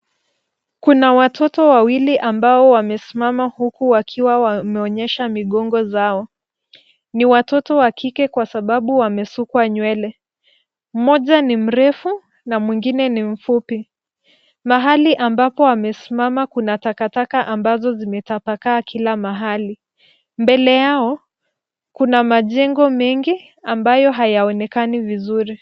Kuna watoto wawili ambao wamesimama uku wakiwa wameonyesha migongo zao. Ni watoto wa kike kwa sababu wamesukwa nywele. Mmoja ni mrefu na mwingine ni mfupi. Mahali ambapo wamesimama kuna takataka ambazo zimetapakaa kila mahali. Mbele yao kuna majengo mengi ambayo hayaonekani vizuri.